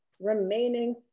remaining